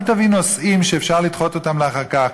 אל תביא נושאים שאפשר לדחות אותם לאחר כך.